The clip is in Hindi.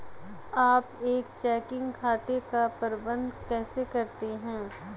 आप एक चेकिंग खाते का प्रबंधन कैसे करते हैं?